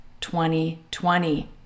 2020